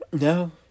No